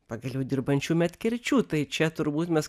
pagaliau dirbančių medkirčių tai čia turbūt mes